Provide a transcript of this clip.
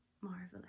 marvelous